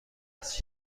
عوض